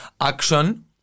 action